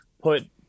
put